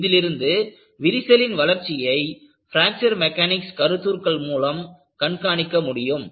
இதிலிருந்து விரிசலின் வளர்ச்சியை பிராக்சர் மெக்கானிக்ஸ் கருத்துருக்கள் மூலம் கண்காணிக்க முடியும்